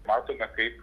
matote kaip